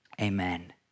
amen